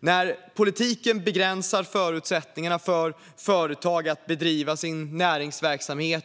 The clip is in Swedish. När politiken genom restriktioner och rekommendationer begränsar förutsättningarna för företag att bedriva sin näringsverksamhet